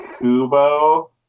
Kubo